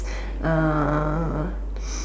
uh